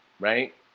right